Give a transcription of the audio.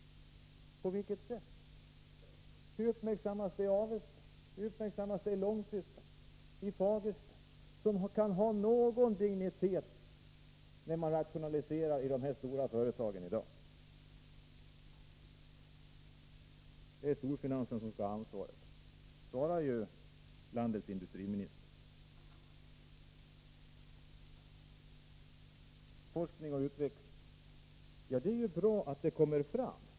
På vilket sätt gör regeringen det? Hur uppmärksammar man Avesta, Långshyttan, eller Fagersta? Vad är det som kan ha någon dignitet när man rationaliserar i dessa stora företag i dag? Det är storfinansen som skall ha ansvaret, svarar landets industriminister. När det gäller forskning och utveckling är det bra att sådant kommer fram.